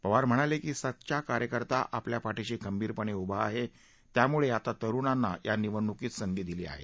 पवार म्हणाले की सच्चा कार्यकर्ता आपल्या पाठीशी खंबीरपणे उभा आहे त्यामुळे आता तरूणांना या निवडणुकीत संधी दिली आहे